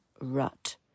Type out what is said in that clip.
rut